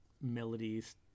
melodies